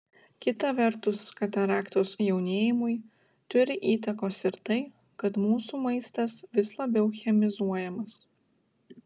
kita vertus kataraktos jaunėjimui turi įtakos ir tai kad mūsų maistas vis labiau chemizuojamas